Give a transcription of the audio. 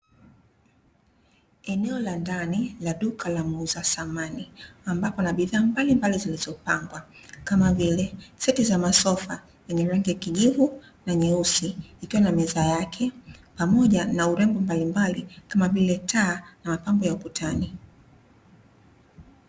Eneo la ndani la duka la muuza samani ambapo kuna bidhaa mbalimbali zilizopangwa, kama vile; seti za masofa yenye rangi ya kijivu na nyeusi ikiwa na meza yake, pamoja na urembo mbalimbali kama vile taa na mapambo ya ukutani.